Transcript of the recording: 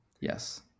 Yes